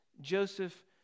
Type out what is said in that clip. Joseph